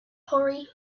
hurry